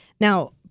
Now